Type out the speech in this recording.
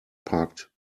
parked